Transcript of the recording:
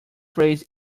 praise